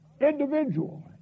individual